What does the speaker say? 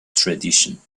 tradition